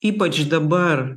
ypač dabar